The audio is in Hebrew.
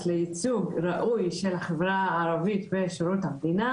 לייצוג ראוי של החברה הערבית בשירות המדינה,